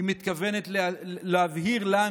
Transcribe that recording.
היא מתכוונת להבהיר לנו,